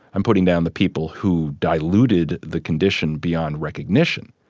i'm putting down the people who diluted the condition beyond recognition.